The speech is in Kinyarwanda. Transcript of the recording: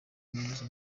umuyobozi